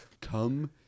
Come